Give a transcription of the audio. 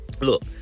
Look